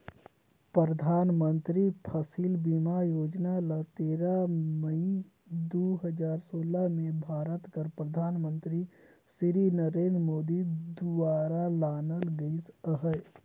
परधानमंतरी फसिल बीमा योजना ल तेरा मई दू हजार सोला में भारत कर परधानमंतरी सिरी नरेन्द मोदी दुवारा लानल गइस अहे